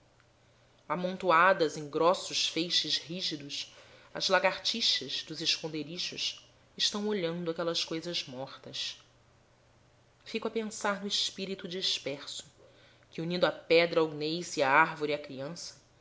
amontoadas em grossos feixes rijos as lagartixas dos esconderijos estão olhando aquelas coisas mortas fico a pensar no espírito disperso que unindo a pedra ao gneiss e a árvore à criança